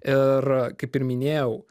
ir kaip ir minėjau